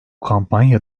kampanya